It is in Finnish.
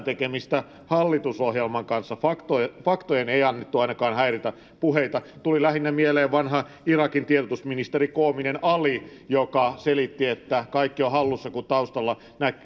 tekemistä hallitusohjelman kanssa faktojen faktojen ei annettu ainakaan häiritä puheita tuli lähinnä mieleen irakin vanha tiedotusministeri koominen ali joka selitti että kaikki on hallussa kun taustalla